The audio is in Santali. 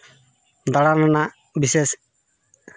ᱫᱟᱬᱟᱱ ᱨᱮᱱᱟᱜ ᱵᱤᱥᱮᱥ